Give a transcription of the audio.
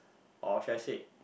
or should I say